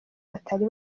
batari